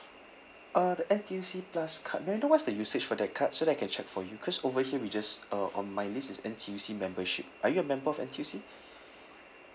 uh the N_T_U_C plus card may I know what's the usage for that card so that I can check for you cause over here we just uh on my list it's N_T_U_C membership are you a member of N_T_U_C